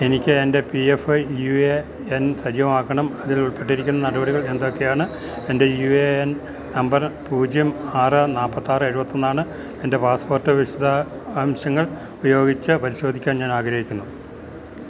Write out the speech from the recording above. എനിക്ക് എൻ്റെ P F U A N സജീവമാക്കണം അതിൽ ഉൾപ്പെട്ടിരിക്കുന്ന നടപടികൾ എന്തൊക്കെയാണ് എൻ്റെ യു എ എൻ നമ്പർ പൂജ്യം ആറ് നാല്പത്താറ് എഴുപത്തൊന്നാണ് എൻ്റെ പാസ്പോർട്ട് വിശദാംശങ്ങൾ ഉപയോഗിച്ച് പരിശോധിക്കാൻ ഞാൻ ആഗ്രഹിക്കുന്നു